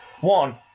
One